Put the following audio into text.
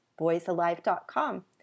boysalive.com